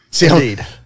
Indeed